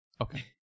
Okay